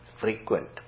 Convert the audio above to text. frequent